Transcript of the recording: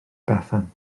bethan